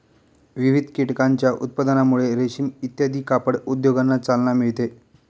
विविध कीटकांच्या उत्पादनामुळे रेशीम इत्यादी कापड उद्योगांना चालना मिळते